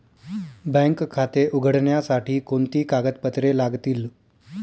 Bank खाते उघडण्यासाठी कोणती कागदपत्रे लागतील?